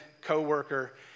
co-worker